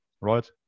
right